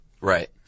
Right